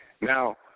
Now